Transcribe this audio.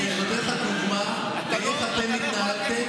אני נותן לך דוגמה לאיך אתם התנהגתם